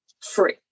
free